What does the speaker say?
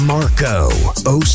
Marco